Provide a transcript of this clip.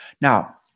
Now